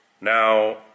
Now